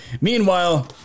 meanwhile